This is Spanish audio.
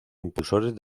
impulsores